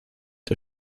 der